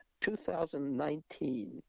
2019